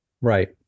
Right